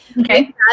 Okay